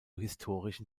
historischen